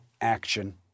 action